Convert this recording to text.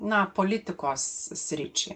na politikos sričiai